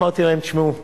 אמרתי להם, תשמעו: